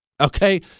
Okay